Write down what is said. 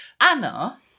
Anna